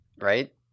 right